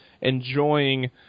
enjoying